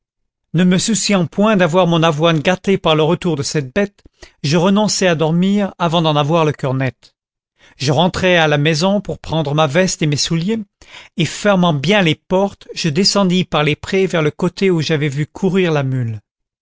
ne me souciant point d'avoir mon avoine gâtée par le retour de cette bête je renonçai à dormir avant d'en avoir le coeur net je rentrai à la maison pour prendre ma veste et mes souliers et fermant bien les portes je descendis par les prés vers le côté où j'avais vu courir la mule